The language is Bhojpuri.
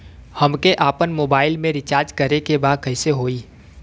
हमके आपन मोबाइल मे रिचार्ज करे के बा कैसे होई?